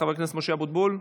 חבר הכנסת משה אבוטבול,